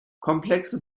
komplexe